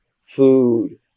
food